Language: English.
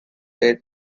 death